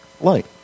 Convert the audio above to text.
light